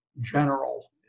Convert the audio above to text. general